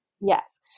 Yes